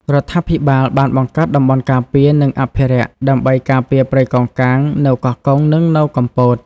រដ្ឋាភិបាលបានបង្កើតតំបន់ការពារនិងអភិរក្សដើម្បីការពារព្រៃកោងកាងនៅកោះកុងនិងនៅកំពត។